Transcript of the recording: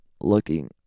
looking